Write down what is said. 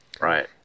Right